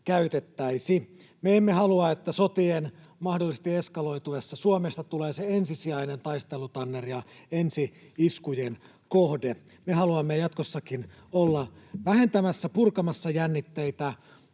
käytettäisi. Me emme halua, että sotien mahdollisesti eskaloituessa Suomesta tulee se ensisijainen taistelutanner ja ensi-iskujen kohde. Me haluamme jatkossakin olla vähentämässä ja purkamassa jännitteitä